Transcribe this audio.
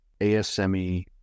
ASME